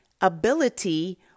ability